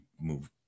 move